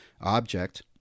object